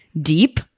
deep